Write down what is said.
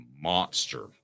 monster